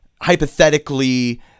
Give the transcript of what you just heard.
hypothetically